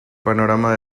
panorama